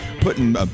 putting